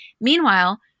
Meanwhile